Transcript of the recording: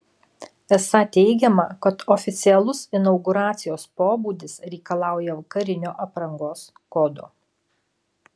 esą teigiama kad oficialus inauguracijos pobūdis reikalauja vakarinio aprangos kodo